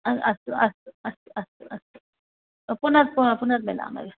अस्तु अस्तु अस्तु अस्तु अस्तु पुन् पुनर्मिलामः